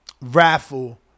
raffle